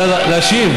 לבריאות.